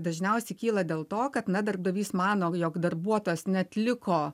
dažniausiai kyla dėl to kad na darbdavys mano jog darbuotojas neatliko